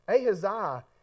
Ahaziah